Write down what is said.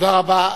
תודה רבה.